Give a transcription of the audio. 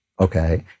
Okay